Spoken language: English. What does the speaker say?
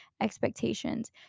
expectations